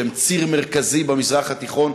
שהם ציר מרכזי במזרח התיכון,